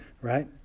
right